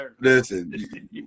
Listen